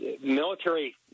Military